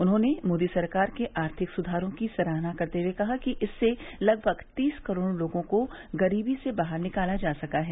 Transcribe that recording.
उन्होंने मोदी सरकार के आर्थिक सुधारों की सराहना करते हुए कहा कि इससे लगभग तीस करोड़ लोगों को गरीबी से बाहर निकाला जा सका है